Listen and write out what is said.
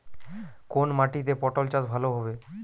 কোন মাটিতে পটল চাষ ভালো হবে?